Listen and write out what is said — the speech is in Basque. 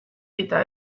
eta